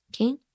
Okay